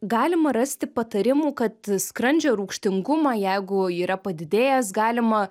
galima rasti patarimų kad skrandžio rūgštingumą jeigu yra padidėjęs galima